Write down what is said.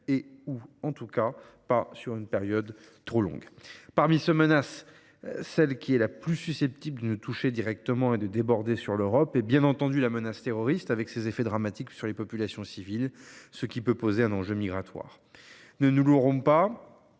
ou en tout cas pas sur une période trop longue. Parmi ces menaces, celle qui est la plus susceptible de nous toucher directement et de déborder sur l’Europe est, bien entendu, la menace terroriste. Ses effets dramatiques sur les populations, en outre, peuvent représenter un enjeu migratoire. Ne nous leurrons pas